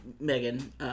Megan